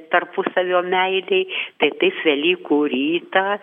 tarpusavio meilei tai taip velykų rytą